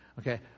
Okay